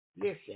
listen